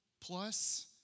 plus